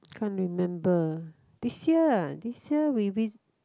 can't remember this year ah this year we vi~